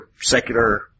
secular